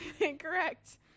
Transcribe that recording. Incorrect